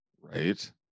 Right